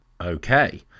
okay